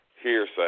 hearsay